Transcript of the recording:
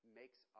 makes